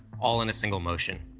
all in a single motion.